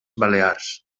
balears